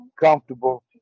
comfortable